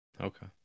Okay